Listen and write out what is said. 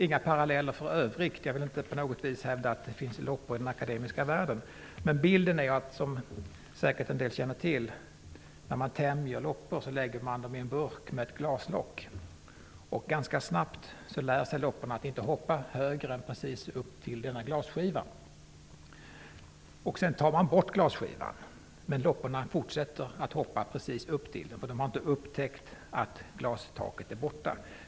Jag vill inte på något vis hävda att det finns loppor i den akademiska världen. Men, som säkert en del känner till, när man tämjer loppor lägger man dem i en burk med ett glaslock. Lopporna lär sig ganska snart att inte hoppa högre än precis upp till denna glasskiva. Sedan tar man bort glasskivan, men lopporna fortsätter att hoppa precis upp till den. De har inte upptäckt att glastaket är borta.